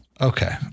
Okay